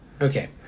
Okay